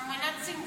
אמנת סינגפור.